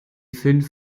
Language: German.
fünf